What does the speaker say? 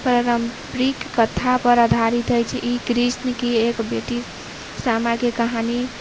पारम्परिक कथापर आधारित अछि ई कृष्ण की एक बेटी सामाके कहानी